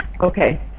Okay